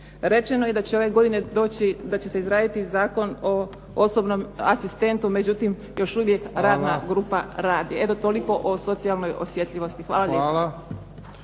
doći, da će se izraditi zakon o osobnom asistentu, međutim još uvijek radna grupa radi. Eto, toliko o socijalnoj osjetljivosti. Hvala